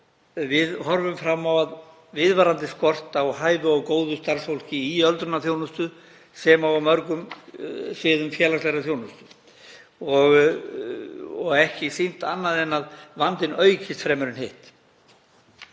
við horfum fram á viðvarandi skort á hæfu og góðu starfsfólki í öldrunarþjónustu sem og á mörgum sviðum félagslegrar þjónustu og ekki sýnt annað en að vandinn aukist fremur en hitt.